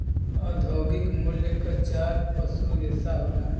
औद्योगिक मूल्य क चार पसू रेसा होला